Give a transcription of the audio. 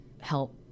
help